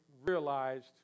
realized